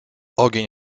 ogień